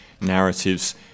narratives